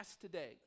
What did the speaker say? today